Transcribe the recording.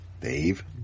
Dave